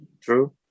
True